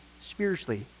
spiritually